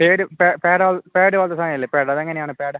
പേര് പേട പേടപോലത്തെ സാധനവില്ലേ അതെങ്ങനെയാണ് പേട